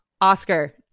Oscar